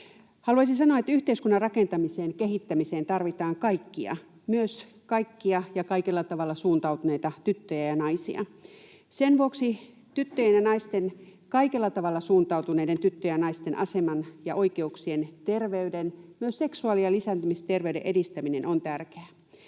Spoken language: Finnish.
Haluaisin sanoa, että yhteiskunnan rakentamiseen ja kehittämiseen tarvitaan kaikkia, myös kaikkia ja kaikella tavalla suuntautuneita tyttöjä ja naisia. Sen vuoksi tyttöjen ja naisten — kaikella tavalla suuntautuneiden tyttöjen ja naisten — aseman, oikeuksien ja terveyden, myös seksuaali- ja lisääntymisterveyden, edistäminen on tärkeää.